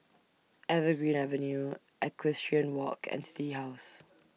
Evergreen Avenue Equestrian Walk and City House